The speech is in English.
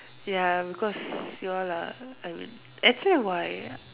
ya because you all are actually why